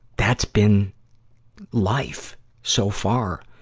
that's been life so far,